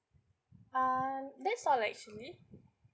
uh that's all actually